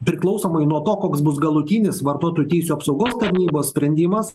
priklausomai nuo to koks bus galutinis vartotojų teisių apsaugos tarnybos sprendimas